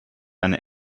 eine